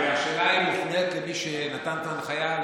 השאלה מופנית למי שנתן את ההנחיה,